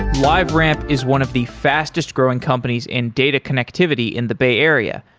liveramp is one of the fastest-growing companies in data connectivity in the bay area.